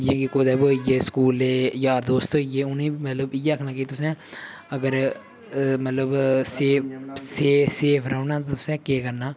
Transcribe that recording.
जि'यां कि कुदै बी होई ऐ स्कूलै जार दोस्त होई गे उ'नेंगी बी मतलब कि इ'यै आक्खना कि तुसें अगर मतलब सेव सेफ सेफ रौह्ना तुसें केह् करना